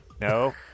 No